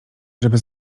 żeby